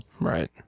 right